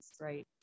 right